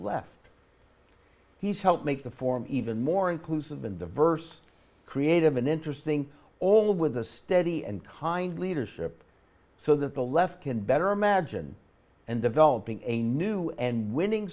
left he's helped make the form even more inclusive and diverse creative and interesting all with a steady and kind leadership so that the left can better imagine and developing a new and winning